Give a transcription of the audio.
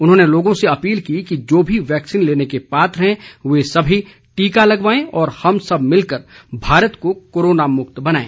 उन्होंने लोगों से अपील की कि जो भी वैक्सीन लेने के पात्र हैं वे सभी टीका लगवाये और हम सब मिलकर भारत को कोरोना मुक्त बनायें